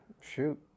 shoot